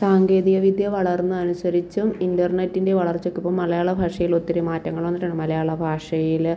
സാങ്കേതികവിദ്യ വളർന്നത് അനുസരിച്ചും ഇൻ്റർനെറ്റിൻ്റെ വളർച്ചക്കൊപ്പം മലയാള ഭാഷയിലൊത്തിരി മാറ്റങ്ങൾ വന്നിട്ടുണ്ട് മലയാള ഭാഷയിൽ